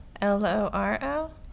L-O-R-O